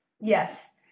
Yes